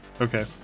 Okay